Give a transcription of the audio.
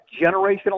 generational